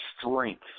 strength